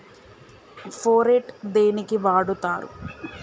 Phorate దేనికి వాడుతరు?